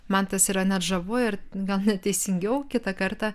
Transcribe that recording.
man tas yra net žavu ir gal net teisingiau kitą kartą